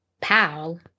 Pal